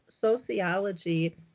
sociology